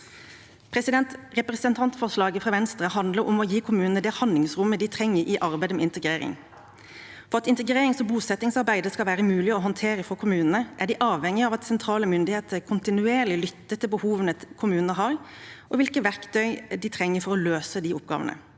Representantforslaget fra Venstre handler om å gi kommunene det handlingsrommet de trenger i arbeidet med integrering. For at integrerings- og bosettingsarbeidet skal være mulig å håndtere for kommunene er de avhengige av at sentrale myndigheter kontinuerlig lytter til behovene kommunene har, og hvilke verktøy de trenger for å løse de oppgavene.